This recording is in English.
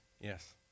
yes